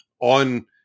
on